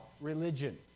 religion